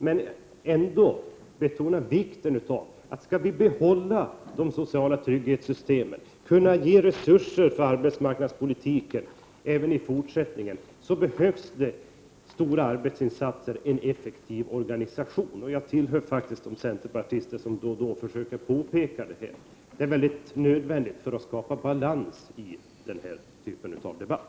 Men jag vill betona vikten av att, skall vi behålla de sociala trygghetssystemen och kunna skapa resurser för arbetsmarknadspolitiken även i fortsättningen, behövs det stora arbetsinsatser och en effektiv organisation. Jag tillhör faktiskt de centerpartister som då och då försöker påpeka det här. Det är faktiskt nödvändigt, om man vill skapa balans i den här typen av debatt.